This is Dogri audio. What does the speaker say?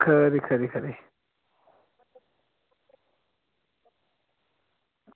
खरी खरी खरी